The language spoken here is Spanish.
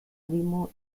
primo